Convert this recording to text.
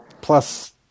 Plus